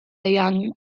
eang